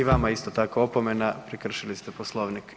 I vama isto tako opomena, prekršili ste Poslovnik.